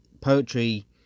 poetry